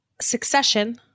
Succession